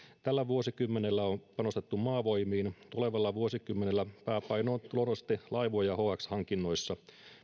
tällä vuosikymmenellä on panostettu maavoimiin tulevalla vuosikymmenellä pääpaino on luonnollisesti laiva ja hx hankinnoissa